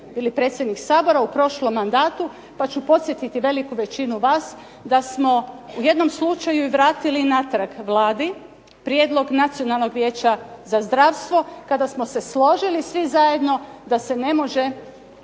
bili predsjednik Sabora u prošlom mandatu, pa ću podsjetiti veliku većinu vas da smo u jednom slučaju i vratili natrag Vladi prijedlog Nacionalnog vijeća za zdravstvo kada smo se složili svi zajedno da se ne može